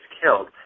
killed